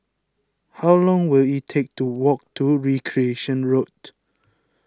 how long will it take to walk to Recreation Road